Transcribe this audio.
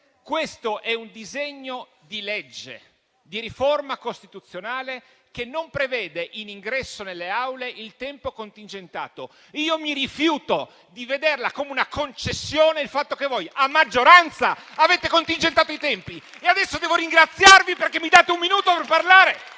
questo disegno di legge di riforma costituzionale non prevede in ingresso nelle Aule il tempo contingentato. Mi rifiuto di vedere come una concessione il fatto che voi a maggioranza avete contingentato i tempi. E adesso devo ringraziarvi perché mi date un minuto per parlare?